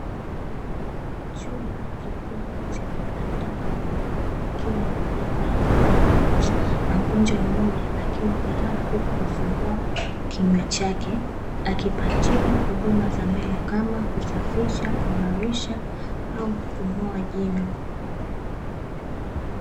Chumba kikubwa chenye madaktari wawili wakiwa wamevalia barakoa na glavu na mgonjwa mmoja akiwa amelala huku amefungua kinywa chake, akipatiwa huduma za meno kama; kusafisha, kung'arisha au kung'oa jino.